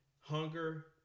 hunger